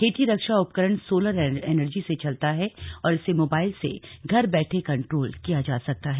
खेती रक्षा उपकरण सोलर एनर्जी से चलता है और इसे मोबाइल से घर बैठे कंट्रोल किया जा सकता है